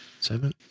seven